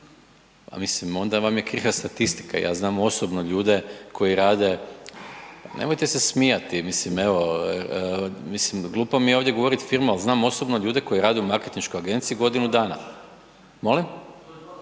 mislim onda vam je kriva statistika. Ja znam osobno ljude koji rada, nemojte se smijati, mislim evo, mislim glupo mi je ovdje govoriti firmu, ali znam osobno ljude koji rade u marketinškoj agenciji godinu dana. Molim?